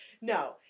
No